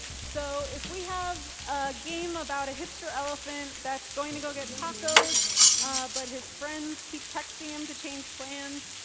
so if we have a game about a hipster elephant that's going to go get tacos but his friends keep texting him to change plans,